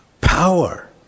power